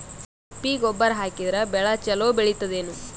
ತಿಪ್ಪಿ ಗೊಬ್ಬರ ಹಾಕಿದರ ಬೆಳ ಚಲೋ ಬೆಳಿತದೇನು?